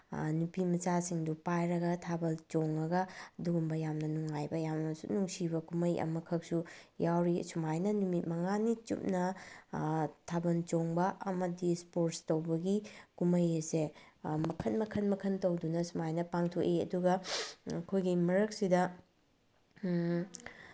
ꯅꯨꯄꯤꯃꯆꯥꯁꯤꯡꯗꯨ ꯄꯥꯏꯔꯒ ꯊꯥꯕꯜ ꯆꯣꯡꯉꯒ ꯑꯗꯨꯒꯨꯝꯕ ꯌꯥꯝꯅ ꯅꯨꯡꯉꯥꯏꯕ ꯌꯥꯝꯅꯁꯨ ꯅꯨꯡꯁꯤꯕ ꯀꯨꯝꯍꯩ ꯑꯃꯈꯛꯁꯨ ꯌꯥꯎꯋꯤ ꯁꯨꯃꯥꯏꯅ ꯅꯨꯃꯤꯠ ꯃꯉꯥꯅꯤ ꯆꯨꯞꯅ ꯊꯥꯕꯜ ꯆꯣꯡꯕ ꯑꯃꯗꯤ ꯏꯁꯄꯣꯔꯠꯁ ꯇꯧꯕꯒꯤ ꯀꯨꯝꯍꯩ ꯑꯁꯦ ꯃꯈꯟ ꯃꯈꯟ ꯃꯈꯟ ꯇꯧꯗꯨꯅ ꯁꯨꯃꯥꯏꯅ ꯄꯥꯡꯊꯣꯛꯏ ꯑꯗꯨꯒ ꯑꯩꯈꯣꯏꯒꯤ ꯃꯔꯛꯁꯤꯗ